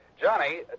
Johnny